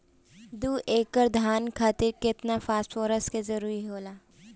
दु एकड़ धान खातिर केतना फास्फोरस के जरूरी होला?